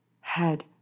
head